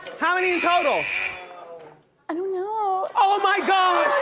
how many i don't know. oh my gosh,